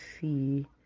see